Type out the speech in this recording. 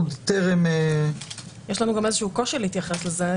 עוד טרם --- יש לנו גם איזשהו קושי להתייחס לזה,